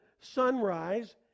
sunrise